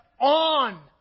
on